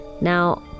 Now